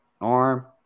arm